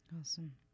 Awesome